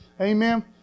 Amen